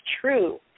true